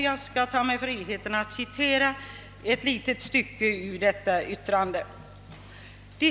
Jag skall ta mig friheten att citera ett litet stycke ur detta yttrande.